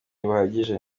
buhagije